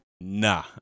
Nah